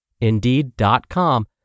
Indeed.com